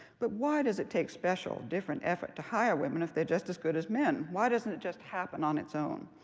but why does it take special different effort to hire women if they're just as good as men? why doesn't it just happen on its own?